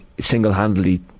single-handedly